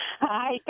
Hi